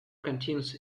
continues